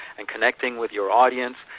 and connecting with your audience.